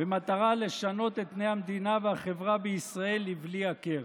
במטרה לשנות את פני המדינה והחברה בישראל לבלי הכר.